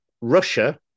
Russia